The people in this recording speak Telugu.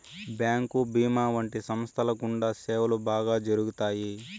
బ్యాంకు భీమా వంటి సంస్థల గుండా సేవలు బాగా జరుగుతాయి